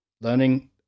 learning